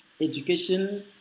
education